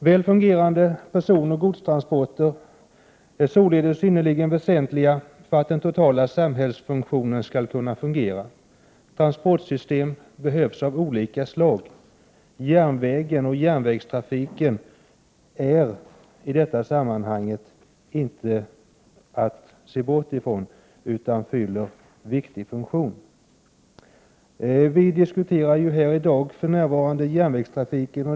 Väl fungerande personoch godstransporter är synnerligen väsentliga för den totala samhällsfunktionen. Transportsystem av olika slag behövs. Järnvägstrafiken är i detta sammanhang inte att bortse från. Den fyller en viktig funktion. Vi diskuterar här i dag för närvarande järnvägstrafiken.